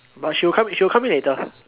but she will she will come in later